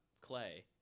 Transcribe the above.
Clay—